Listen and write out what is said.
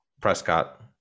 Prescott